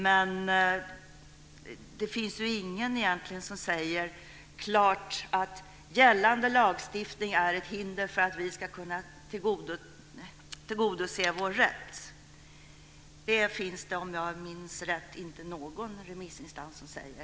Men det finns egentligen ingen som säger klart att gällande lagstiftning är ett hinder för att vi ska kunna tillgodose vår rätt. Det finns det, om jag minns rätt, inte någon remissinstans som säger.